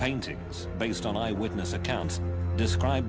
paintings based on eyewitness accounts describe